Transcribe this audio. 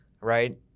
right